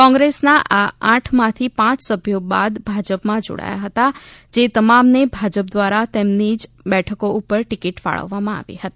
કોંગ્રેસના આ આઠમાંથી પાંચ સભ્યો બાદમાં ભાજપમાં જોડાયા હતા જે તમામને ભાજપ દ્વારા તેમની જ બેઠકો ઉપર ટિકિટ ફાળવવામાં આવી હતી